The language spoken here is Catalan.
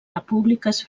repúbliques